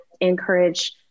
encourage